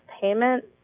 payment